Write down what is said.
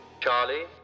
Charlie